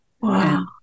Wow